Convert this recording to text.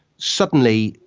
suddenly